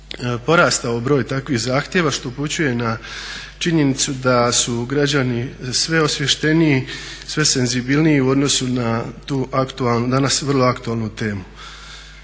porastao broj takvih zahtjeva što upućuje na činjenicu da su građani sve osvješteniji, sve senzibilniji u odnosu na tu aktualnu, danas vrlo aktualnu temu.